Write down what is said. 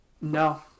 no